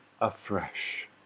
afresh